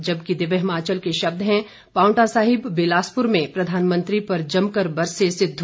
जबकि दिव्य हिमाचल के शब्द हैं पांवटा सहिब बिलासपुर में प्रधानमंत्री पर जमकर बरसे सिद्ध